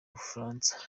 bufaransa